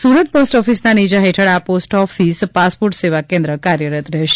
Surat post ઓફિસના નેજા હેઠળ આ પોસ્ટ ઓફિસ પાસપોર્ટ સેવા કેન્દ્ર કાર્યરત રહેશે